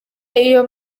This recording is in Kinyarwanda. iyo